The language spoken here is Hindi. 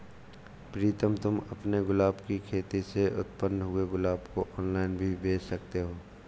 प्रीतम तुम अपने गुलाब की खेती से उत्पन्न हुए गुलाब को ऑनलाइन भी बेंच सकते हो